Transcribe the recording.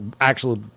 actual